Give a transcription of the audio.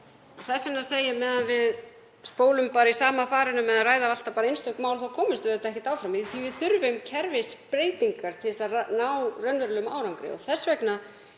þess vegna